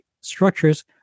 structures